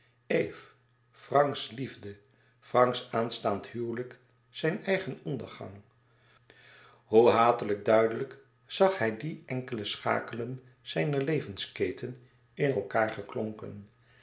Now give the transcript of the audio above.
eve franks liefde franks aanstaand huwelijk zijn eigen ondergang hoe hatelijk duidelijk zag hij die enkele schakelen zijner levensketen in elkaâr geklonken